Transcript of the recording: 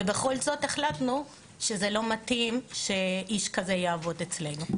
ובכל זאת החלטנו שזה לא מתאים שאיש כזה יעבוד אצלנו.